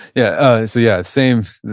yeah, so yeah, same.